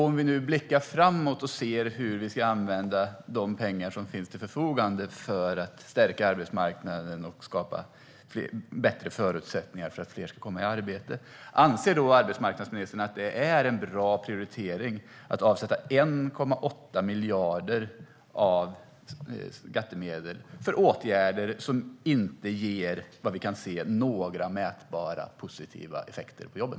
Om vi blickar framåt och tittar på hur vi ska använda de pengar som finns till förfogande för att stärka arbetsmarknaden och skapa bättre förutsättningar för fler att komma i arbete, anser då arbetsmarknadsministern att det är en bra prioritering att avsätta 1,8 miljarder av skattemedlen för åtgärder som inte ger några mätbara, positiva effekter på jobben?